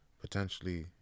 potentially